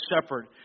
shepherd